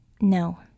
No